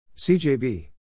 CJB